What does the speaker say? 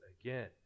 again